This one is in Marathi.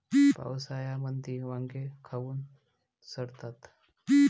पावसाळ्यामंदी वांगे काऊन सडतात?